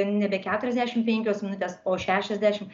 nebe keturiasdešimt penkios minutės o šešiasdešimt